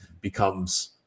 becomes